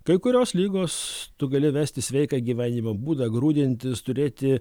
kai kurios ligos tu gali vesti sveiką gyvenimo būdą grūdintis turėti